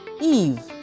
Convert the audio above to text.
Eve